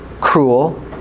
cruel